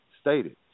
stated